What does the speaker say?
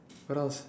what else